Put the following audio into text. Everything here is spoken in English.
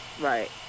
Right